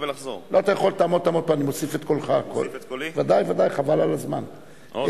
לאחרונה הפכה "בזק" את שיטת התשלום ואמרה: אתם רוצים לא לשלם עמלה?